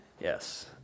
Yes